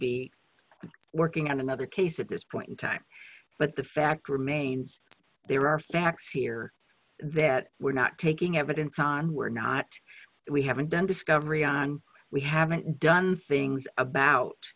be working on another case at this point in time but the fact remains there are facts here that we're not taking evidence on we're not we haven't been discovery on we haven't done things about